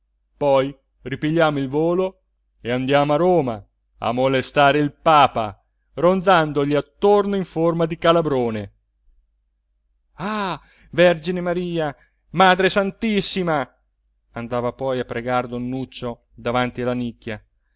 poi ripigliamo il volo e andiamo a roma a molestare il papa ronzandogli attorno in forma di calabrone l'uomo solo luigi pirandello ah vergine maria madre santissima andava poi a pregar don nuccio davanti alla nicchia